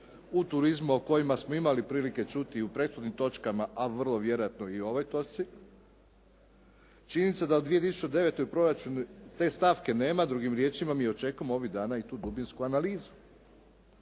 u turizmu o kojima smo imali prilike čuti i u prethodnim točkama, a vrlo vjerojatno i u ovoj točci. Činjenica da u 2009. u proračunu te stavke nema. Drugim riječima mi očekujemo ovih dana i tu dubinsku analizu.